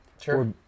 sure